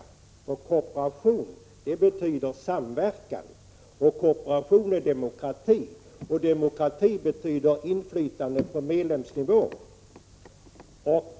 Kooperation betyder samverkan, kooperation är demokrati, och demokrati betyder inflytande på medlemsnivå.